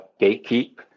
gatekeep